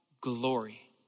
glory